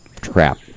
trap